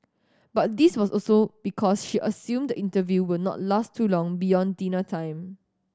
but this was also because she assumed the interview will not last too long beyond dinner time